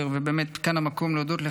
ובאמת כאן המקום להודות לך,